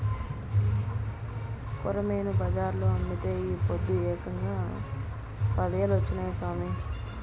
కొరమీను బజార్లో అమ్మితే ఈ పొద్దు ఏకంగా పదేలొచ్చినాయి సామి